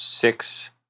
Six